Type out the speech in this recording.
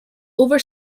over